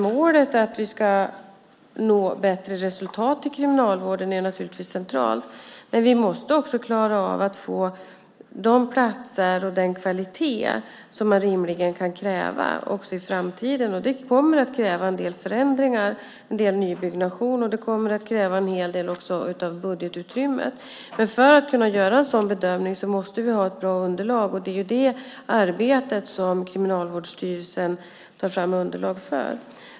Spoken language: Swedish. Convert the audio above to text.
Målet att vi ska nå bättre resultat i Kriminalvården är centralt. Men vi måste också klara av att få de platser och den kvalitet som man rimligen kan kräva också i framtiden. Det kommer att krävas en del förändringar och en del nybyggnation. Det kommer också att krävas en hel del av budgetutrymmet. För att kunna göra en sådan bedömning måste vi ha ett bra underlag, och det är det arbetet som Kriminalvårdsstyrelsen utför.